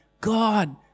God